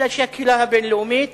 אלא שהקהילה הבין-לאומית